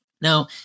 Now